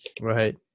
Right